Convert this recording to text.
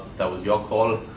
that was your call.